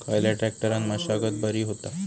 खयल्या ट्रॅक्टरान मशागत बरी होता?